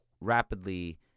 rapidly